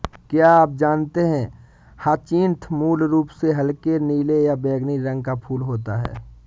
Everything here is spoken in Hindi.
क्या आप जानते है ह्यचीन्थ मूल रूप से हल्के नीले या बैंगनी रंग का फूल होता है